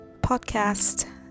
podcast